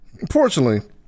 Unfortunately